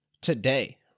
today